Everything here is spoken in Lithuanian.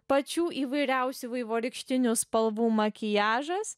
pačių įvairiausių vaivorykštinių spalvų makiažas